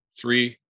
three